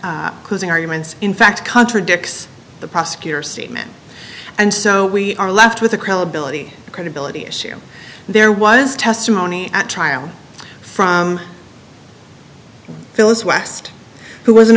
at closing arguments in fact contradicts the prosecutor's semen and so we are left with a credibility credibility issue there was testimony at trial from phyllis west who was an